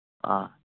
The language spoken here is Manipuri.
ꯑꯥ